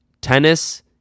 Tennis